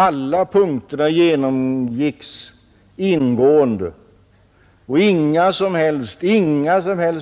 Alla avsnitt genomgicks ingående och inga som helst